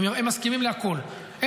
מסכימים, אבל הם רוצים בנוסף גם דברים אחרים.